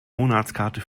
monatskarte